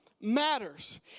matters